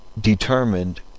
determined